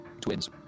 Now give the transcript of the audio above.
twins